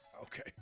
Okay